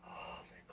oh my gosh